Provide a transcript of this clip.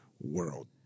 world